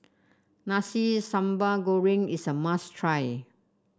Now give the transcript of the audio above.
Nasi Sambal Goreng is a must try